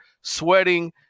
sweating